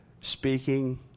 speaking